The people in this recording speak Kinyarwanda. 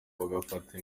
bagafata